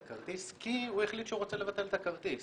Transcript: הכרטיס כי הוא החליט שהוא רוצה לבטל את הכרטיס.